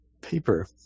paper